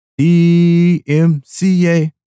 DMCA